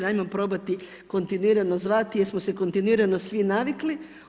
Hajmo probati kontinuirano zvati, jer smo se kontinuirano svi navikli.